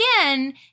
again